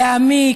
להעמיק,